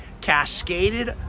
cascaded